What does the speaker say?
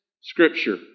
scripture